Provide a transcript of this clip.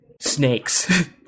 snakes